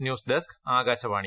news desk Akashvani